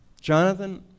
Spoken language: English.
Jonathan